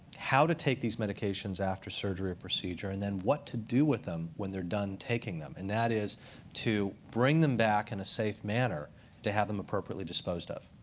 how to take these medications after surgery or procedure and then what to do with them when they're done taking them, and that is to bring them back in a safe manner to have them appropriately disposed of.